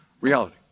reality